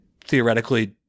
theoretically